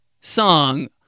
song